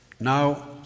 Now